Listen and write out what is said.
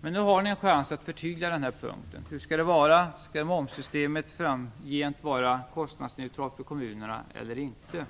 Men nu har ni en chans att förtydliga den här punkten. Hur skall det vara? Skall momssystemet framgent vara kostnadsneutralt för kommunerna eller inte?